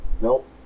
nope